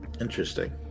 interesting